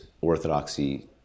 orthodoxy